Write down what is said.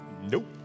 Nope